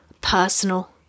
personal